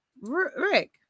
Rick